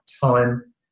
time